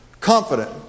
Confident